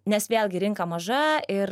nes vėlgi rinka maža ir